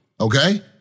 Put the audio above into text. Okay